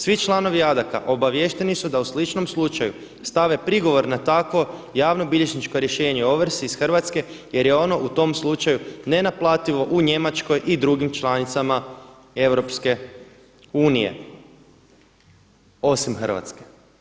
Svi članovi Adaca obaviješteni su da o sličnom slučaju stave prigovor na tako javnobilježničko rješenje o ovrsi iz Hrvatske jer je ono u tom slučaju nenaplativo u Njemačkoj i drugim članicama Europske unije osim Hrvatske.